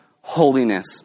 holiness